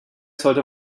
sollte